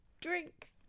drink